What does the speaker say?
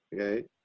Okay